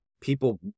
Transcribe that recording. people